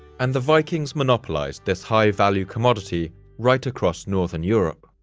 and the vikings monopolized this high-value commodity right across northern europe.